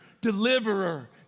deliverer